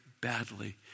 badly